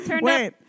wait